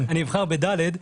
אני אבחר ב-ד'.